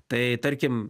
tai tarkim